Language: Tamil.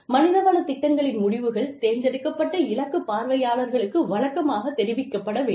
மனிதவள திட்டங்களின் முடிவுகள் தேர்ந்தெடுக்கப்பட்ட இலக்கு பார்வையாளர்களுக்கு வழக்கமாகத் தெரிவிக்கப்பட வேண்டும்